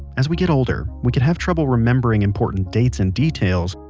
as we get older, we can have trouble remembering important dates and details,